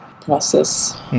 process